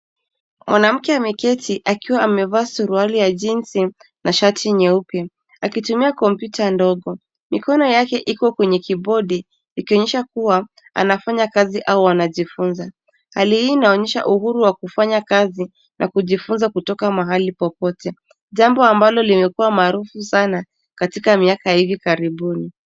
Mwanamke ameketi akiwa amevaa suruali ya jeans na shati nyeupe akitumia kompyuta ndogo. Mikono yake iko kwenye kibodi ikionyesha kuwa anafanya kazi au anajifunza. Hali hii inaonyesha uhuru wa kufanya kazi na kujifunza kutoka mahali popote, jambo ambalo limekuwa maarufu sana katika miaka ya hivi karibuni.